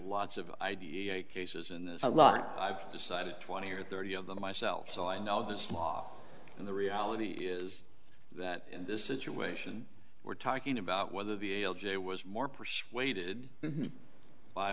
lots of cases and there's a lot i've decided twenty or thirty of them myself so i know this law and the reality is that this situation we're talking about whether the l j was more persuaded